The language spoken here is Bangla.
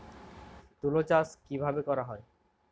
তুলো চাষ কিভাবে করা হয়?